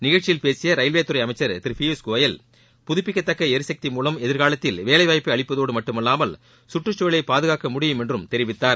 நிகழ்ச்சியில் பேசிய ரயில்வேத்துறை அமைச்சர் திரு பியூஷ்கோயல் புதப்பிக்கத்தக்க எரிசக்தி மூலம் எதிர்காலத்தில் வேலை வாய்ப்பை அளிப்பதோடு மட்டுமல்வாமல் சுற்றுச் சூழலை பாதுகாக்க முடியும் என்றும் தெரிவித்தார்